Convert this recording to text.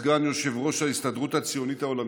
סגן יושב-ראש ההסתדרות הציונית העולמית,